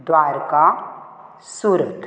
Dwarka Surat